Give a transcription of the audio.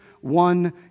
one